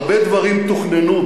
הרבה דברים תוכננו.